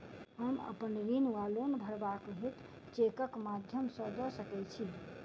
हम अप्पन ऋण वा लोन भरबाक हेतु चेकक माध्यम सँ दऽ सकै छी?